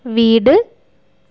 വീട്